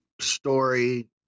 Story